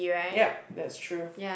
yup that's true